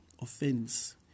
offense